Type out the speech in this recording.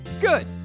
good